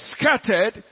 scattered